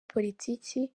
politiki